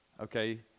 okay